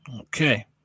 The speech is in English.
Okay